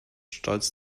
stolz